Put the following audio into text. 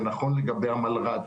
זה נכון לגבי המלר"ד,